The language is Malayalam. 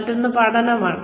മറ്റൊന്ന് പഠനമാണ്